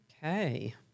Okay